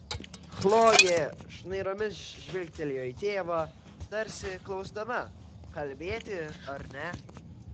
chlojė šnairomis žvilgtelėjo į tėvą tarsi klausdama kalbėti ar ne